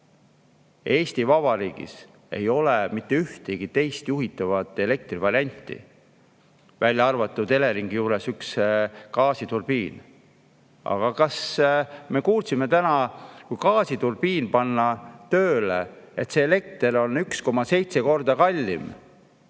Eesti Vabariigis ei ole mitte ühtegi teist juhitava elektri varianti, välja arvatud Eleringi juures üks gaasiturbiin. Kas me kuulsime täna, et kui gaasiturbiin panna tööle, on see elekter 1,7 korda kallim